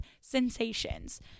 sensations